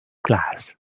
class